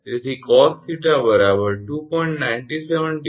તેથી cos𝜃 2